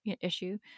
issue